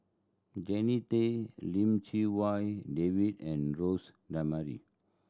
Jannie Tay Lim Chee Wai David and Jose D'Almeida